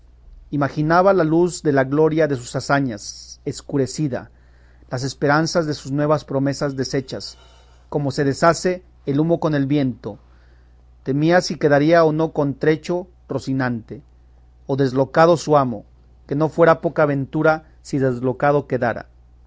imaginaba la luz de la gloria de sus hazañas escurecida las esperanzas de sus nuevas promesas deshechas como se deshace el humo con el viento temía si quedaría o no contrecho rocinante o deslocado su amo que no fuera poca ventura si deslocado quedara